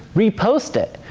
repost it.